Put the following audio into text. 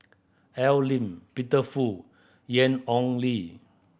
Al Lim Peter Fu Ian Ong Li